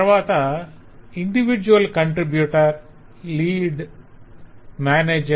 తరవాత 'Individual contributor'ఇండివిడ్యువల్ contributor 'lead'లీడ్ 'manager'మేనేజర్